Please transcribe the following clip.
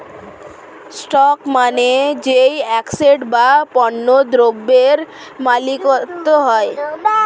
stock মানে যেই asset বা পণ্য দ্রব্যের মালিকত্ব হয়